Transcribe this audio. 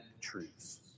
truths